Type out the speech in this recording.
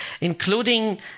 including